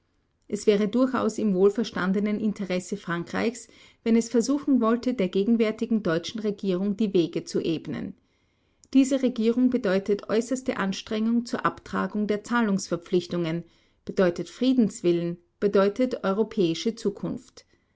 es wäre durchaus im wohlverstandenen interesse frankreichs wenn es versuchen wollte der gegenwärtigen deutschen regierung die wege zu ebnen diese regierung bedeutet äußerste anstrengung zur abtragung der zahlungsverpflichtungen bedeutet friedenswillen bedeutet europäische zukunft